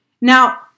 Now